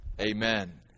Amen